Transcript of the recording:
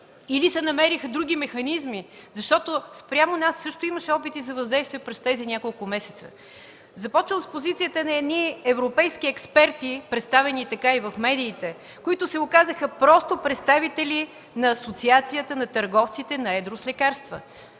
или се намериха други механизми? Спрямо нас също имаше опити за въздействие през тези няколко месеца. Започвам с позицията на европейски експерти, представени така и в медиите, които се оказаха просто представители на Асоциацията на търговците на едро с лекарства.